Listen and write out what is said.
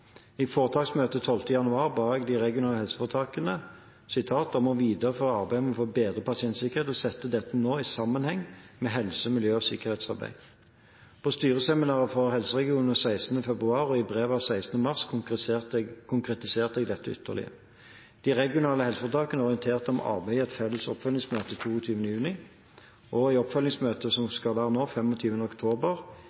I foretaksmøtet 12. januar ba jeg de regionale helseforetakene «om å videreføre arbeidet for å bedre pasientsikkerheten og se dette i sammenheng med helse-, miljø- og sikkerhetsarbeid». På styreseminaret for helseregionene 16. februar og i brev av 16. mars konkretiserte jeg dette ytterligere. De regionale helseforetakene orienterte om arbeidet i et felles oppfølgingsmøte 22. juni, og i oppfølgingsmøtet som